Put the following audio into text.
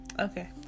Okay